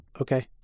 Okay